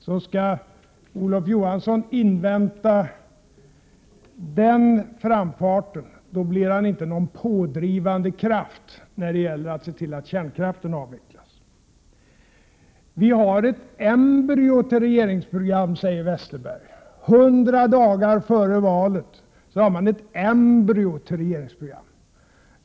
Så skall Olof Johansson invänta den framfarten, då blir han inte någon pådrivande kraft när det gäller att se till att kärnkraften avvecklas. Vi har ett embryo till regeringsprogram, säger Westerberg. Hundra dagar före valet har man ett embryo till regeringsprogram.